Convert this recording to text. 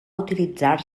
utilitzar